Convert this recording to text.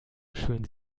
schön